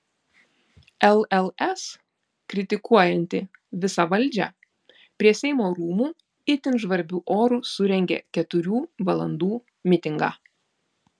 lls kritikuojanti visą valdžią prie seimo rūmų itin žvarbiu oru surengė keturių valandų mitingą